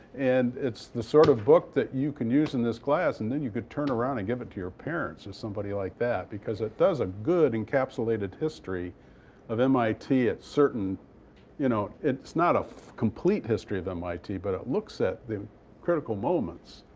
and it's the sort of book that you can use in this class. and then you could turn around and give it to your parents or somebody like that because it does a good encapsulated history of mit at certain you know it's not a complete history of mit. but it looks at the critical moments.